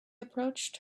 approached